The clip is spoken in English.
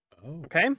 Okay